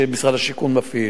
שמשרד השיכון מפעיל.